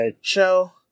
show